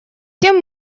тем